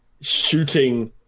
Shooting